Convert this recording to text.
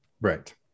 right